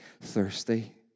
thirsty